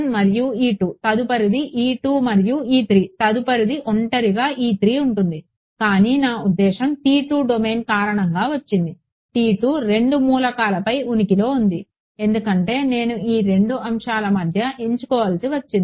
మరియు తదుపరిది మరియు తదుపరిది ఒంటరిగా ఉంటుంది కానీ నా ఉద్దేశ్యం డొమైన్ కారణంగా వచ్చింది 2 మూలకాలపై ఉనికిలో ఉంది అందుకే నేను ఆ రెండు అంశాల మధ్య ఎంచుకోవలసి వచ్చింది